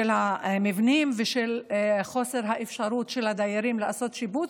המבנים ושל חוסר האפשרות של הדיירים לעשות שיפוץ.